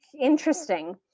interesting